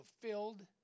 fulfilled